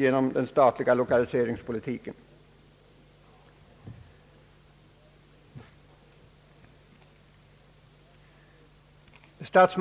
genom den statliga loka Ang. näringspolitiken liseringspolitiken, vilket också skett i det här fallet.